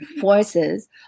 forces